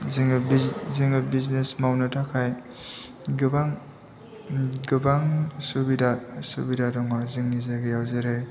जोङो बिजनेस मावनो थाखाय गोबां सुबिदा दङ जोंनि जायगायाव जेरै